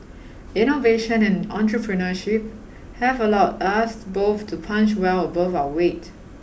innovation and entrepreneurship have allowed us both to punch well above our weight